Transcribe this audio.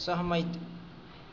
सहमति